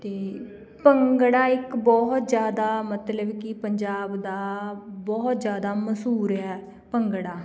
ਅਤੇ ਭੰਗੜਾ ਇੱਕ ਬਹੁਤ ਜ਼ਿਆਦਾ ਮਤਲਬ ਕਿ ਪੰਜਾਬ ਦਾ ਬਹੁਤ ਜ਼ਿਆਦਾ ਮਸ਼ਹੂਰ ਹੈ ਭੰਗੜਾ